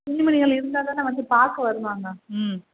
துணிமணிகள் இருந்தால் தானே வந்து பார்க்க வருவாங்க ம்